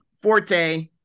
Forte